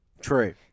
True